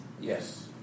Yes